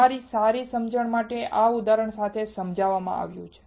તમારી સારી સમજણ માટે આ ઉદાહરણ સાથે સમજાવવામાં આવ્યું છે